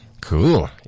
Cool